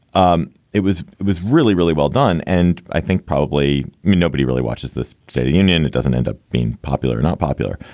um it was was really, really well done. and i think probably mean nobody really watches the soviet union. it doesn't end up being popular or not popular.